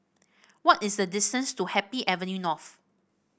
what is the distance to Happy Avenue North